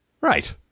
Right